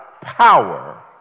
power